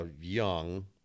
young